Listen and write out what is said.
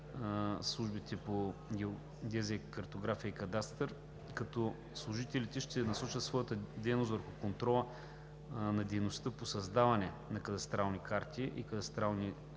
службите по геодезия, картография и кадастър, като служителите ще насочат своята дейност върху контрола на дейността по създаване на кадастралната карта и кадастралните